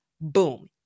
Boom